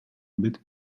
bit